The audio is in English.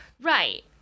Right